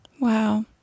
Wow